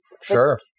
Sure